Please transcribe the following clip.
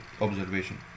observation